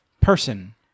person